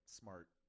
smart